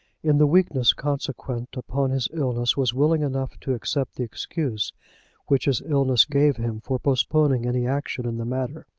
in the weakness consequent upon his illness, was willing enough to accept the excuse which his illness gave him for postponing any action in the matter.